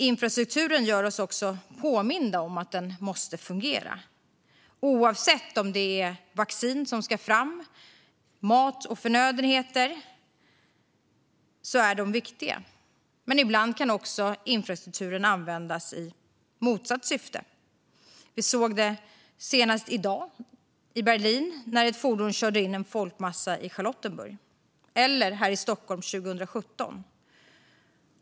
Infrastrukturen gör oss också påminda om att den måste fungera. Oavsett om det är vaccin, mat eller andra förnödenheter som ska fram är den viktig. Men ibland kan också infrastrukturen användas i motsatt syfte. Vi såg det senast i dag i Berlin, när ett fordon körde in i en folkmassa i Charlottenburg, eller här i Stockholm 2017.